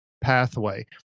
pathway